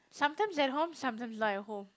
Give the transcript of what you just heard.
sometimes at home sometimes not at home